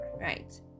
right